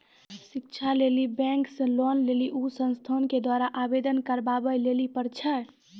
शिक्षा लेली बैंक से लोन लेली उ संस्थान के द्वारा आवेदन करबाबै लेली पर छै?